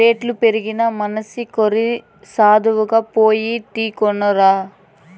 రేట్లు పెరిగినా మనసి కోరికి సావదుగా, పో పోయి టీ కొనుక్కు రా